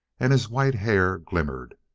and his white hair glimmered.